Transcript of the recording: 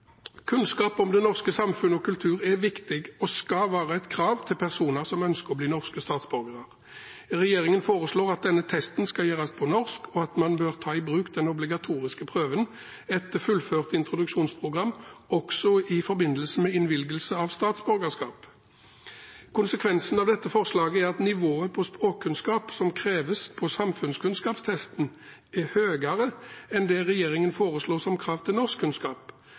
Kunnskap om det norske samfunn og kultur er viktig og skal være et krav til personer som ønsker å bli norske statsborgere. Regjeringen foreslår at denne testen skal gjøres på norsk, og at man bør ta i bruk den obligatoriske prøven etter fullført introduksjonsprogram også i forbindelse med innvilgelse av statsborgerskap. Konsekvensen av dette forslaget er at nivået på språkkunnskap som kreves på samfunnskunnskapstesten, er høyere enn det regjeringen foreslår som krav til